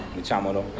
diciamolo